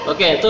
Okay